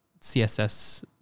CSS